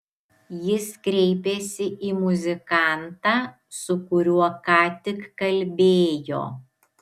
jis kreipėsi į muzikantą su kuriuo ką tik kalbėjo